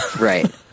Right